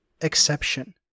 exception